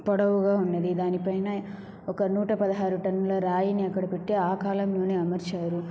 పొడవుగా ఉన్నది దాని పైన ఒక నూట పదహారు టన్నుల రాయిని అక్కడ పెట్టి ఆ కాలంలోనే అమర్చారు